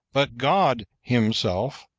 but god himself,